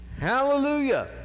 Hallelujah